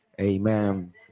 amen